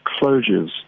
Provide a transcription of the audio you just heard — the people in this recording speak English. closures